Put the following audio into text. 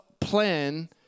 plan